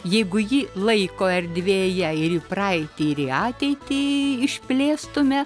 jeigu jį laiko erdvėje ir į praeitį ir į ateitį išplėstume